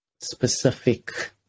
specific